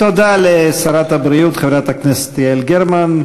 תודה לשרת הבריאות חברת הכנסת יעל גרמן.